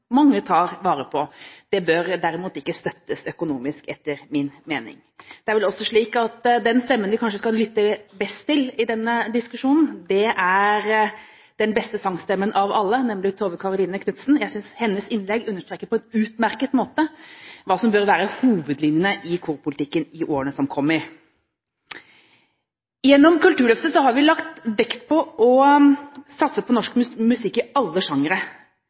mange tar vare på. Det bør derimot ikke støttes økonomisk, etter min mening. Det er også slik at den stemmen vi kanskje skal lytte mest til i denne diskusjonen, er den beste sangstemmen av alle, nemlig Tove Karoline Knutsens. Jeg synes hennes innlegg på en utmerket måte understreker hva som bør være hovedlinjene i korpolitikken i årene som kommer. Gjennom Kulturløftet har vi lagt vekt på å satse på norsk musikk i